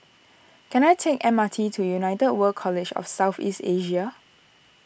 can I take M R T to United World College of South East Asia